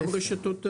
גם רשתות השיווק.